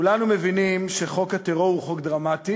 כולנו מבינים שחוק הטרור הוא חוק דרמטי